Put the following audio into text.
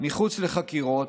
מחוץ לחקירות,